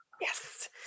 Yes